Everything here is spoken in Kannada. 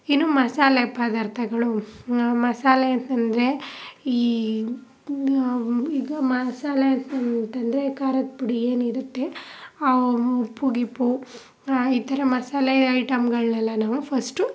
ಇನ್ನೂ ಮಸಾಲೆ ಪದಾರ್ಥ ಗಳು ಮಸಾಲೆ ಅಂತ ಅಂದ್ರೆ ಈ ಈಗ ಮಸಾಲೆ ಅಂತ ಅಂದ್ರೆ ಖಾರದ ಪುಡಿ ಏನಿರುತ್ತೆ ಉಪ್ಪು ಗಿಪ್ಪು ಈ ಥರ ಮಸಾಲೆ ಐಟಮ್ಗಳನ್ನೆಲ್ಲ ನಾವು ಫಸ್ಟು